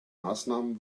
maßnahmen